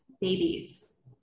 babies